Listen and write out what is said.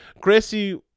Gracie